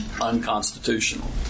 unconstitutional